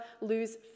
lose